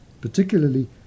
Particularly